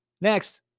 next